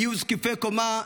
היו זקופי קומה.